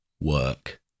work